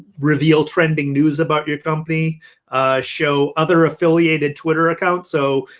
reveal trending news about your company show other affiliated twitter accounts. so,